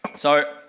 so,